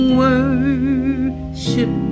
worship